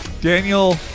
Daniel